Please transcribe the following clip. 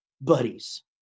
buddies